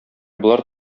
болар